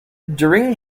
during